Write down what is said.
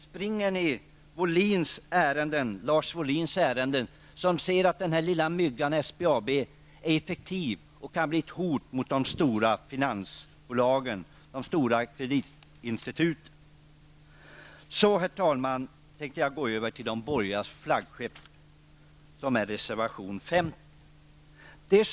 Springer ni möjligen Lars Wohlins ärenden, som ser att den lilla myggan SBAB är effektiv och kan bli ett hot mot de stora finansbolagen och kreditinstituten? Herr talman! Så över till de borgerligas flaggskepp, reservation nr 50.